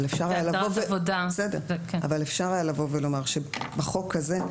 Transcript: אבל אפשר היה לומר שבחוק הזה,